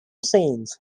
scenes